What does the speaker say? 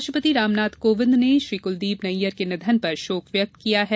राष्ट्रपति रामनाथ कोविंद ने श्री कलदीप नैय्यर के निधन पर शोक व्यक्त किया है